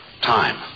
time